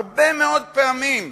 הרבה מאוד פעמים,